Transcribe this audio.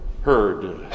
heard